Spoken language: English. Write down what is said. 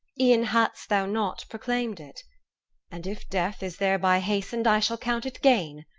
e'en hadst thou not proclaimed it and if death is thereby hastened, i shall count it gain.